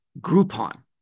Groupon